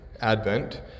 Advent